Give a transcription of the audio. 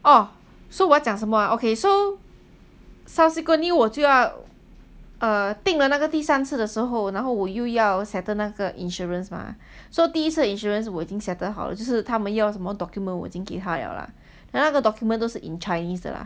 oh so 我要讲什么 okay so subsequently 我就要 err 定了那个第三次的时候然后我又要 settle 那个 insurance mah so 第一次 insurance 我已经 settle 好了就是他们要什么 document 我已经给他了 lah then 那个 document 都是 in chinese 的 lah